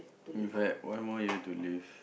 you had one more year to live